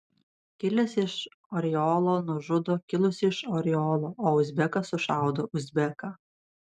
kilęs iš oriolo nužudo kilusį iš oriolo o uzbekas sušaudo uzbeką